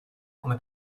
come